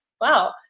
wow